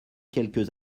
quelques